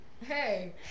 Hey